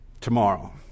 tomorrow